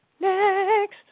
Next